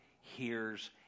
hears